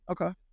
Okay